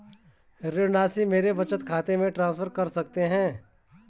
ऋण राशि मेरे बचत खाते में ट्रांसफर कर सकते हैं?